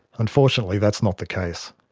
unfortunately that's not the case.